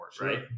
Right